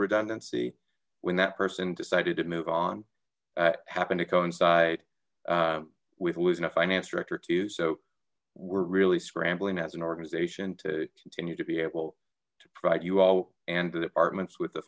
redundancy when that person decided to move on happen to coincide with losing a finance director too so we're really scrambling as an organization to continue to be able to provide you all and the departments with the